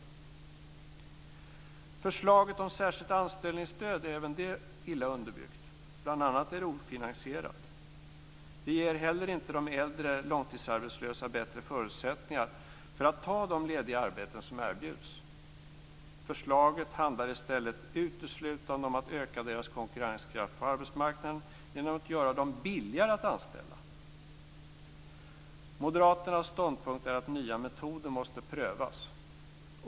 Även förslaget om särskilt anställningsstöd är dåligt underbyggt. Bl.a. är det ofinansierat. Det ger heller inte de äldre långtidsarbetslösa bättre förutsättningar för att ta de lediga arbeten som erbjuds. Förslaget handlar i stället uteslutande om att öka deras konkurrenskraft på arbetsmarknaden genom att göra det billigare att anställa dem. Moderaternas ståndpunkt är att nya metoder måste prövas.